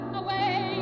away